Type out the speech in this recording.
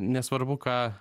nesvarbu ką